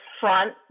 front